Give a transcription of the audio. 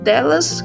Delas